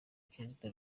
kizito